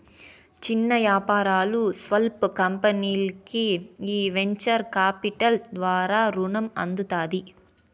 చిన్న యాపారాలు, స్పాల్ కంపెనీల్కి ఈ వెంచర్ కాపిటల్ ద్వారా రునం అందుతాది